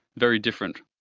very different.